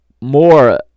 more